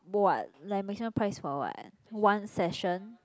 what like maximum price for what one session